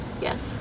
Yes